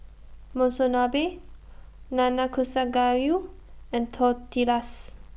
Monsunabe Nanakusa Gayu and Tortillas